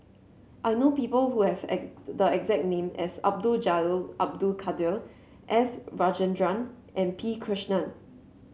I know people who have the exact name as Abdul Jalil Abdul Kadir S Rajendran and P Krishnan